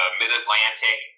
mid-Atlantic